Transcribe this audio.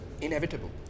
inevitable